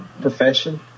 profession